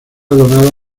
donada